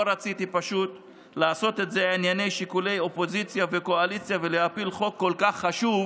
לא רציתי לעשות מזה שיקולי אופוזיציה וקואליציה ולהפיל חוק שכל כך חשוב